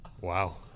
Wow